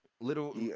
little